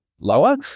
lower